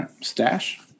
stash